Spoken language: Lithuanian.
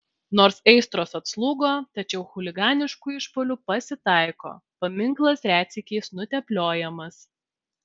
nors aistros atslūgo tačiau chuliganiškų išpuolių pasitaiko paminklas retsykiais nutepliojamas